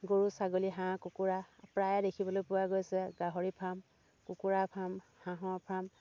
গৰু ছাগলী হাঁহ কুকুৰা প্ৰায়ে দেখিবলৈ পোৱা গৈছে গাহৰিৰ ফাৰ্ম কুকুৰাৰ ফাৰ্ম হাঁহৰ ফাৰ্ম